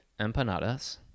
empanadas